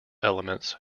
elements